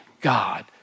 God